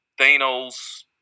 Thanos